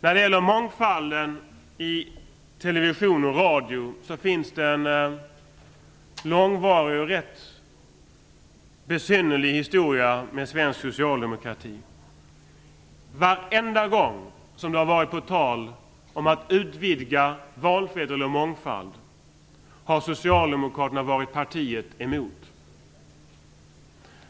När det gäller mångfalden i television och radio finns det en långvarig och ganska besynnerlig historia med svensk socialdemokrati. Varenda gång som det har varit på tal att utvidga valfrihet eller mångfald har Socialdemokraterna varit partiet emot.